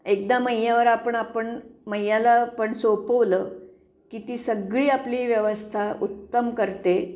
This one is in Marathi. एकदा मैयावर आपण आपण मैयाला आपण सोपवलं की ती सगळी आपली व्यवस्था उत्तम करते